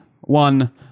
one